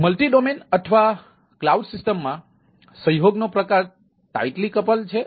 તેથી multi domain હોય છે